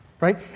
Right